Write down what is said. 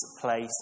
place